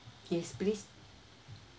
yes please